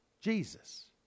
Jesus